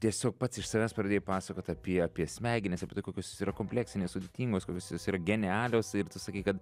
tiesiog pats iš savęs pradėjai pasakot apie apie smegenis apie tai kokios jos yra kompleksinės sudėtingos kokios jos genialios ir tu sakei kad